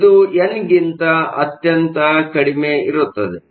ಆದ್ದರಿಂದ ಇದು ಎನ್ ಗಿಂತ ಅತ್ಯಂತ ಕಡಿಮೆ ಇರುತ್ತದೆ